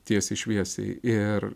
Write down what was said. tiesiai šviesiai ir